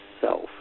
self